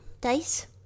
Dice